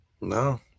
No